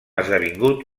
esdevingut